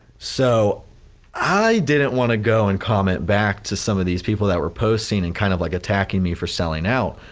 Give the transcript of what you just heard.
so i didn't wanna go and comment back to some of these people that were posting and kind of like attacking me for selling out.